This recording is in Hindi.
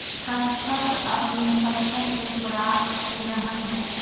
खसखस अफीम खसखस से प्राप्त तिलहन है